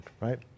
Right